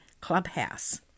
Clubhouse